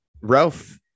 Ralph